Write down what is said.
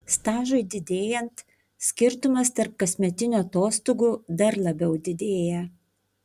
stažui didėjant skirtumas tarp kasmetinių atostogų dar labiau didėja